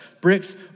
bricks